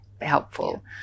helpful